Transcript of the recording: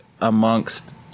amongst